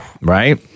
Right